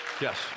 Yes